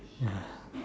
ya